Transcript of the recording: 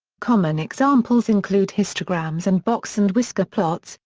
common examples include histograms and box-and-whisker plots,